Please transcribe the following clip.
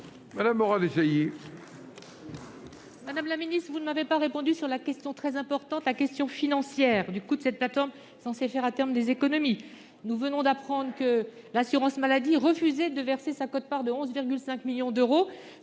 Madame la ministre, vous ne m'avez pas répondu sur la question financière, qui est très importante. Quel est le coût de cette plateforme, censée permettre à terme des économies ? Nous venons d'apprendre que l'assurance maladie refusait de verser sa quote-part de 11,5 millions d'euros